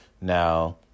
now